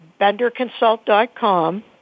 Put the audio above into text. BenderConsult.com